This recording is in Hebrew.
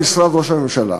במשרד ראש הממשלה.